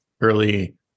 early